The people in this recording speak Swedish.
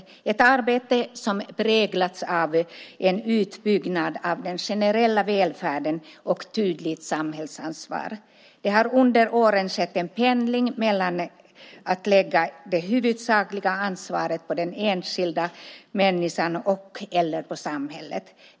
Det är ett arbete som präglats av en utbyggnad av den generella välfärden och tydligt samhällsansvar. Det har under åren skett en pendling mellan att lägga det huvudsakliga ansvaret på den enskilda människan och att lägga det på samhället.